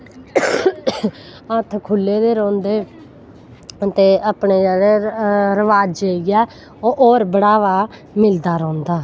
हत्थ खुल्ले दे रौंह्दे ते अपने जेह्ड़े रवाजे ई ऐ ओह् होर बड़ावा मिलदा रौंह्दा